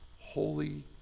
holy